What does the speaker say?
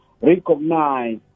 recognize